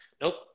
Nope